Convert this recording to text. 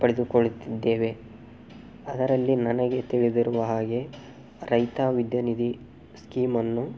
ಪಡೆದುಕೊಳ್ಳುತ್ತಿದ್ದೇವೆ ಅದರಲ್ಲಿ ನನಗೆ ತಿಳಿದಿರುವ ಹಾಗೆ ರೈತ ವಿದ್ಯಾನಿಧಿ ಸ್ಕೀಮನ್ನು